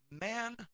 Man